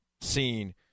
seen